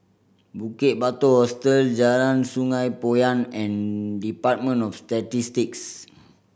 Bukit Batok Hostel Jalan Sungei Poyan and Department of Statistics